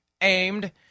aimed